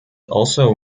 also